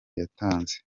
yatanze